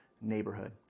neighborhood